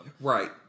Right